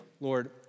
Lord